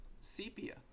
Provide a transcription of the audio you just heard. sepia